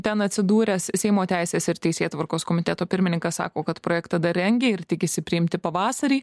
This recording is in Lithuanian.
ten atsidūręs seimo teisės ir teisėtvarkos komiteto pirmininkas sako kad projektą dar rengia ir tikisi priimti pavasarį